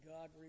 God